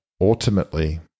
ultimately